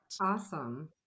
Awesome